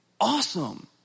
Awesome